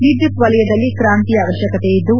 ವಿದ್ದುತ್ ವಲಯದಲ್ಲಿ ಕ್ರಾಂತಿಯ ಅವಶ್ವಕತೆಯಿದ್ದು